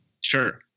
Sure